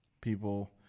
People